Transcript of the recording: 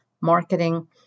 marketing